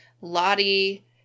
Lottie